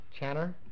Channer